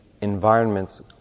environments